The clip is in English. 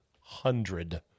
hundred